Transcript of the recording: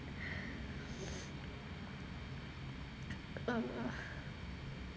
um